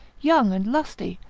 young and lusty,